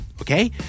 Okay